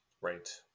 Right